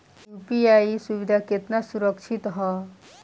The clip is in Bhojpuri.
यू.पी.आई सुविधा केतना सुरक्षित ह?